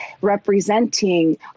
representing